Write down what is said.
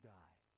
die